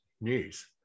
news